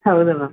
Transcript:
ಹೌದು ಮ್ಯಾಮ್